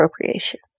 appropriation